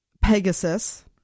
Pegasus